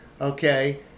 Okay